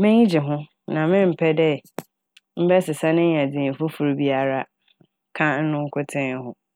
m'enyi gye ho na memmpɛ dɛ mɛbɛsesan enya dzin fofor biara ka ɔno nkotsee ho.